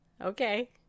Okay